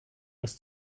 was